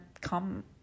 come